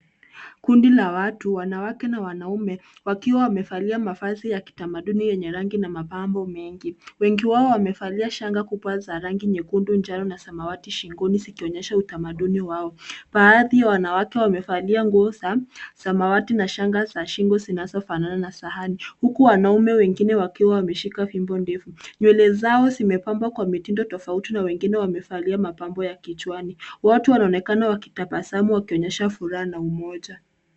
Kundi la watu, wanawake na wanaume, wakiwa wamevalia mavazi ya kitamaduni yenye rangi na mapambo mengi. Wengi wao wamevalia shanga kubwa za rangi nyekundu, njano na samawati shingoni, zikionyesha utamaduni wao. Baadhi ya wanawake wamevalia nguo za samawati na shanga za shingo zinazofanana na sahani, huku wanaume wengine wakiwa wameshika fimbo ndefu. Nywele zao zimepambwa kwa mtindo tofauti na wengine wamevalia mapambo ya kichwani. Watu wanaonekana wakitabasamu wakionyesha furaha na umoja.